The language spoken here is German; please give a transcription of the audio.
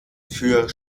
für